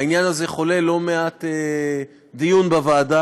העניין הזה חולל לא מעט דיונים בוועדה,